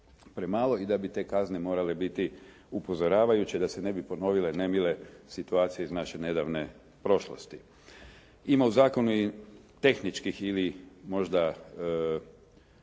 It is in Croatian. premalo i da bi te kazne morale biti upozoravajuće da se ne bi ponovile nemile situacije iz naše nedavne prošlosti. Ima u zakonu i tehničkih ili možda